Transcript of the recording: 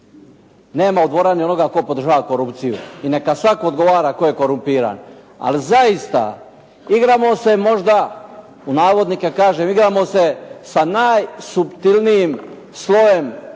nema u dvorani onoga tko podržava korupciju i neka svatko odgovara tko je korumpiran, ali zaista igramo se možda u navodnike kažem «igramo se sa najsuptilnijim slojem